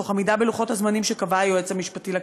תוך עמידה בלוחות הזמנים שקבע היועץ המשפטי לכנסת.